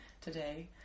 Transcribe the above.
today